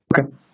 Okay